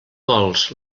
vols